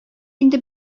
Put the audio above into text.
инде